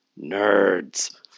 nerds